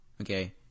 Okay